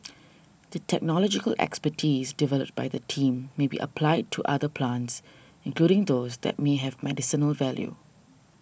the technological expertise developed by the team may be applied to other plants including those that may have medicinal value